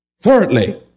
Thirdly